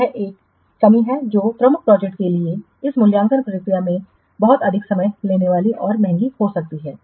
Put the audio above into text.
तो यह वह कमी है जो प्रमुख प्रोजेक्टस के लिए इस मूल्यांकन प्रक्रिया में बहुत अधिक समय लेने वाली और महंगी हो सकती है